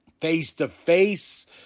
face-to-face